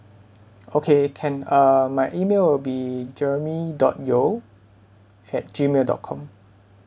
okay can um my email will be jeremy dot yeo at gmail dot com